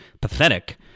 pathetic